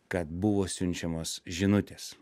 kad buvo siunčiamos žinutės